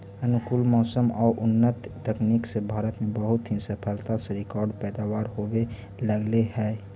अनुकूल मौसम आउ उन्नत तकनीक से भारत में बहुत ही सफलता से रिकार्ड पैदावार होवे लगले हइ